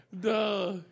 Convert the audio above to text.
Duh